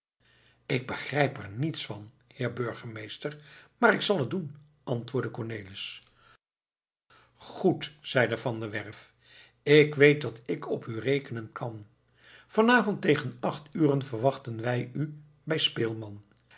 ik begrijp er niets van heer burgemeester maar ik zal het doen antwoordde cornelis goed zeide van der werff ik weet dat ik op u rekenen kan vanavond tegen acht uren verwachten wij u bij speelman